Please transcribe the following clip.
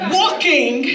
walking